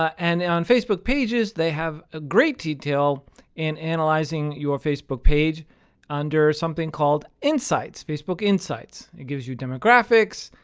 and on facebook pages, they have ah great detail in analyzing your facebook page under something called insights, facebook insights. it gives you demographics,